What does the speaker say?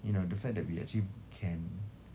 you know the fact that we actually can